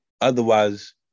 Otherwise